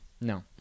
No